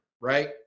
right